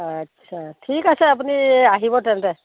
আচ্ছা ঠিক আছে আপুনি আহিব তেন্তে